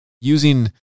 using